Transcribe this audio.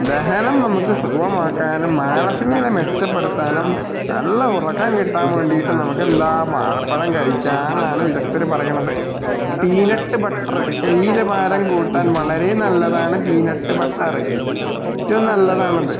ദഹനം നമുക്ക് സുഗമമാക്കാനും മാനസിക നില മെച്ചപ്പെടുത്താനും നല്ല ഉറക്കം കിട്ടാൻ വേണ്ടിയിട്ടും നമുക്ക് എന്താണ് വാഴപ്പഴം കഴിക്കാന്നാണ് വിദഗ്ദ്ധർ പറയണത് പീനട്ട് ബട്ടറ് ശരീരഭാരം കൂട്ടാൻ വളരെ നല്ലതാണ് പീനട്ട് ബട്ടറ് ഏറ്റവും നല്ലതാണ് അത്